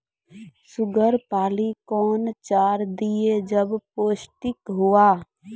Sugar पाली कौन चार दिय जब पोस्टिक हुआ?